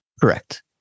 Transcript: Correct